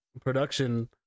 production